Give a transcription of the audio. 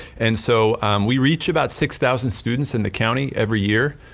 and so we reach about six thousand students in the county, every year,